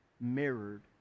mirrored